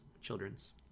Children's